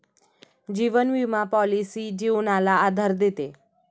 जीवन विमा पॉलिसी जीवनाला आधार देते